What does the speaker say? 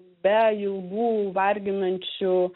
be ilgų varginančių